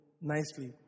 nicely